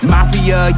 Mafia